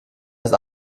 erst